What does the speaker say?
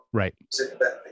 right